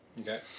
Okay